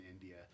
India